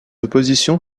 opposition